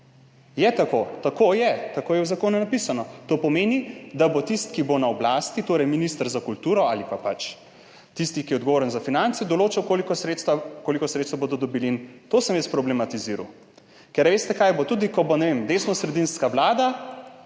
Je tako? Tako je, tako je v zakonu napisano. To pomeni, da bo tisti, ki bo na oblasti, torej minister za kulturo ali pa pač tisti, ki je odgovoren za finance, določal, koliko sredstev bodo dobili. To sem jaz problematiziral. Veste, kaj bo? Tudi ko bo, ne vem, desnosredinska vlada,